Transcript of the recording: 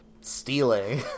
stealing